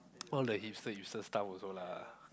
all the hipster hipster stuff also lah